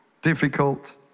difficult